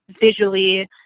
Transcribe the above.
visually